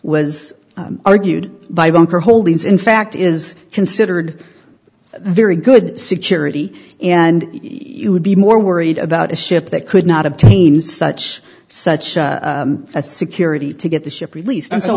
was argued by bunker holdings in fact is considered very good security and you would be more worried about a ship that could not obtain such such as security to get the ship release